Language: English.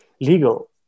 legal